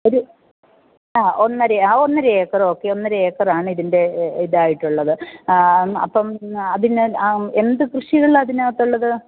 ഒരു ആ ഒന്നരയാണ് ഒന്നര ഏക്കർ ഓക്കെ ഒന്നര ഏക്കറാണ് ഇതിൻ്റെ ഇതായിട്ടുള്ളത് അപ്പം അതിന് എന്തു കൃഷികളതിനകത്തുള്ളത്